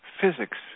physics